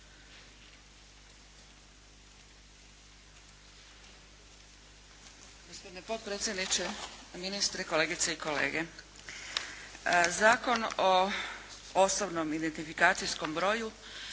Gospodine potpredsjedniče, ministri, kolegice i kolege. Zakon o osobnom identifikacijskom broju